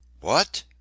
What